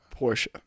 Porsche